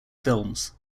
films